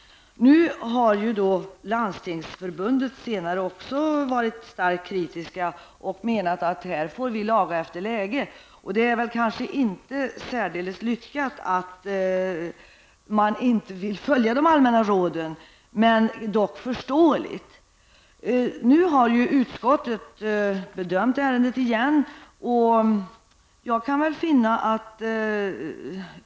Landstingsförbundet har senare också varit starkt kritiskt och menat att här får vi laga efter läge. Det är inte särdeles lyckat att man inte vill följa de allmänna råden, men dock förståeligt. Nu har utskottet bedömt ärendet igen.